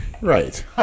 Right